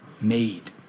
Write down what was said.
made